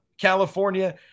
California